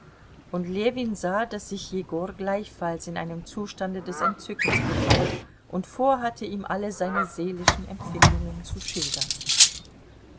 und ljewin sah daß sich jegor gleichfalls in einem zustande des entzückens befand und vorhatte ihm alle seine seelischen empfindungen zu schildern